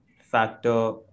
factor